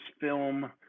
film